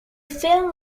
film